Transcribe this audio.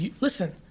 listen